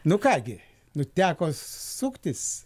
nu ką gi nu teko suktis